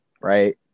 right